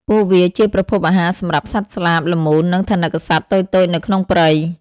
ពួកវាជាប្រភពអាហារសម្រាប់សត្វស្លាប ល្មូន និងថនិកសត្វតូចៗនៅក្នុងព្រៃ។